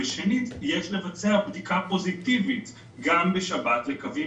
וכן צריך לבצע בדיקה פוזיטיבית גם בשבת לקווים